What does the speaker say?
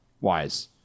wise